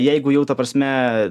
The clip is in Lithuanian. jeigu jau ta prasme